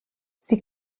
sie